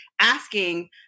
asking